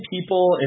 people